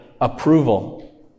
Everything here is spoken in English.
approval